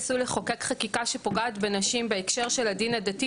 עשוי לחוקק חקיקה שפוגעת בנשים בהקשר של הדין הדתי,